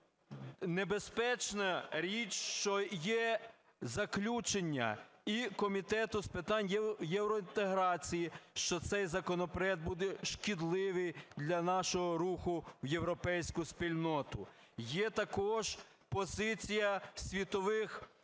Небезпечна річ, що є заключення і Комітету з питань євроінтеграції, що цей законопроект буде шкідливий для нашого руху в європейську спільноту. Є також позиція світових...